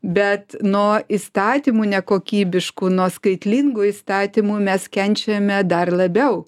bet nuo įstatymų nekokybiškų nuo skaitlingų įstatymų mes kenčiame dar labiau